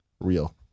real